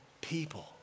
people